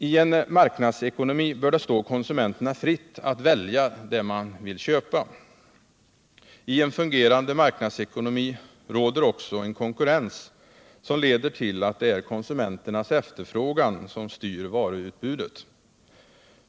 I en marknadsekonomi bör det stå konsumenterna fritt att välja det man vill köpa. I en fungerande marknadsekonomi råder också en konkurrens som leder till att det är konsumenternas efterfrågan som styr varuutbudet.